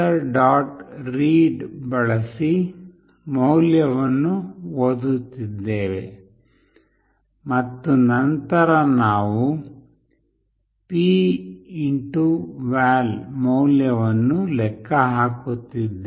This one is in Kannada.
read ಬಳಸಿ ಮೌಲ್ಯವನ್ನು ಓದುತ್ತಿದ್ದೇವೆ ಮತ್ತು ನಂತರ ನಾವು pval ಮೌಲ್ಯವನ್ನು ಲೆಕ್ಕ ಹಾಕುತ್ತಿದ್ದೇವೆ